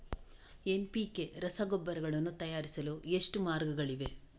NPK ರಸಗೊಬ್ಬರಗಳನ್ನು ತಯಾರಿಸಲು ಎಷ್ಟು ಮಾರ್ಗಗಳಿವೆ?